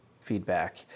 feedback